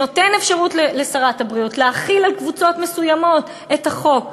שנותן אפשרות לשרת הבריאות להחיל על קבוצות מסוימות את החוק,